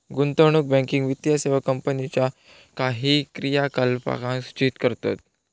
गुंतवणूक बँकिंग वित्तीय सेवा कंपनीच्यो काही क्रियाकलापांक सूचित करतत